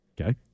Okay